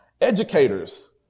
Educators